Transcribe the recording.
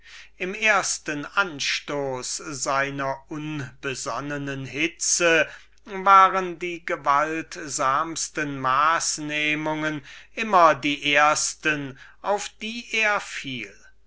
dem ersten anstoß seiner unbesonnenen hitze waren die gewaltsamsten maßnehmungen die ersten auf die er fiel